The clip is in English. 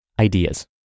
ideas